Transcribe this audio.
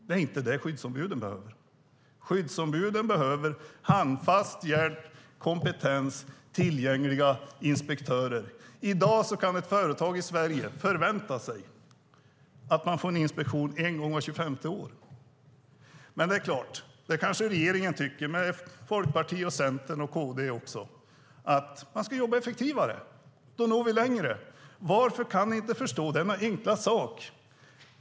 Det är inte det skyddsombuden behöver, utan skyddsombuden behöver handfast hjälp, kompetens och tillgängliga inspektörer. I dag kan ett företag i Sverige förvänta sig en inspektion en gång vart tjugofemte år. Men det är klart - regeringen, och Folkpartiet, Centern och KD också, kanske tycker att man ska jobba effektivare. Då når vi längre. Varför kan ni inte förstå denna enkla sak?